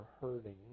hurting